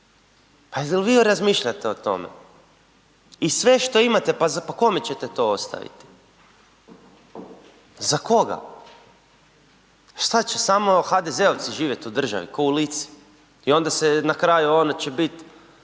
Pa jel vi razmišljate o tome i sve što imate pa kome ćete to ostaviti, za koga, šta će samo HDZ-ovci živjet u državi ko u Lici i onda se na kraju, onda će bit